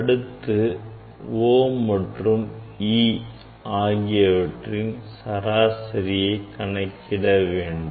அடுத்து O மற்றும் e ஆகியவற்றின் சராசரியை கணக்கிடவேண்டும்